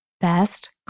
best